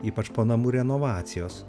ypač po namų renovacijos